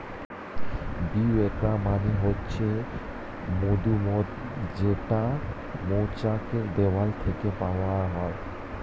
bee wax মানে হচ্ছে মধুমোম যেইটা মৌচাক এর দেওয়াল থেকে বানানো হয়